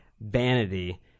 vanity